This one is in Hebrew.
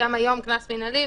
קנס מינהלי,